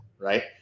right